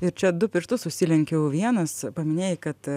ir čia du pirštus užsilenkiau vienas paminėjai kad